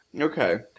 Okay